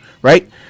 Right